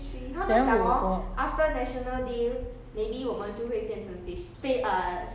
when when it's announced phase three then then we will go work